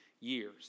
years